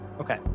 Okay